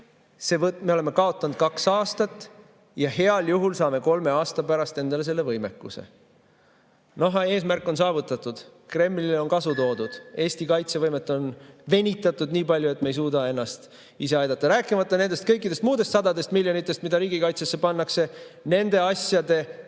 me oleme kaotanud kaks aastat ja heal juhul saame kolme aasta pärast endale selle võimekuse. Eesmärk on saavutatud, Kremlile on kasu toodud. Eesti kaitsevõimet on venitatud nii palju, et me ei suuda ennast ise aidata, rääkimata nendest kõikidest muudest sadadest miljonitest, mida riigikaitsesse pannakse nende asjade